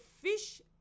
fish